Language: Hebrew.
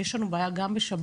יש לנו בעיה גם בשב"ס,